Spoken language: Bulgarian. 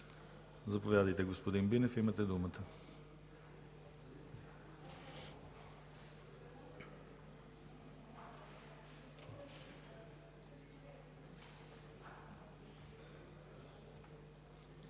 Заповядайте, господин Бинев, имате думата.